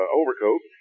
overcoat